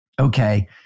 okay